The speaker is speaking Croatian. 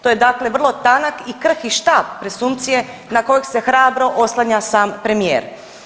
To je dakle vrlo tanak i krhki štap presumpcije na kojeg se hrabro oslanja sam premijer.